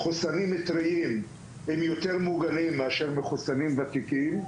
מחוסנים טריים הם יותר מוגנים מאשר מחוסנים ותיקים,